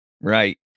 Right